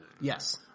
Yes